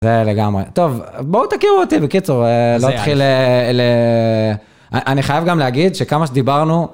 זה לגמרי. טוב, בואו תכירו אותי בקיצור. לא אתחיל לה לה... אני חייב גם להגיד שכמה שדיברנו...